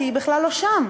כי היא בכלל לא שם,